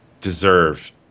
deserve